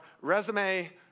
resume